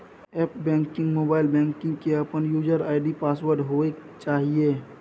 app banking, mobile banking के अपन user ID password होय चाहिए